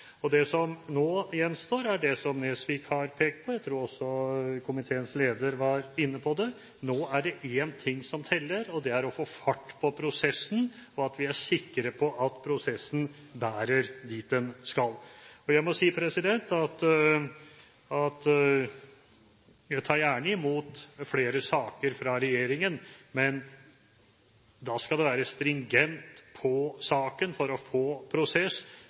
selv. Det som nå gjenstår, er det som representanten Nesvik har pekt på – jeg tror også komiteens leder var inne på det – at nå er det én ting som teller, og det er å få fart på prosessen og at vi er sikre på at prosessen bærer dit den skal. Jeg må si at jeg tar gjerne imot flere saker fra regjeringen, men da skal det være en stringent sak for å få prosess,